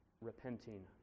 repenting